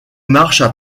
marchent